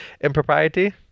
impropriety